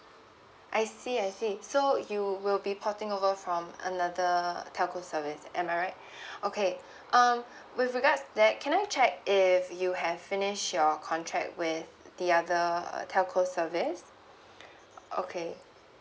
I see I see so you will be porting over from another telco service am I right okay um with regards that can I check if you have finish your contract with the other uh telco service okay